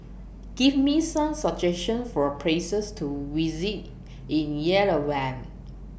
Give Me Some suggestions For Places to visit in Yerevan